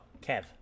Kev